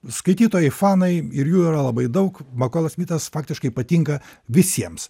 skaitytojai fanai ir jų yra labai daug makolas smitas praktiškai patinka visiems